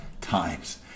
times